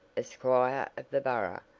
as squire the borough,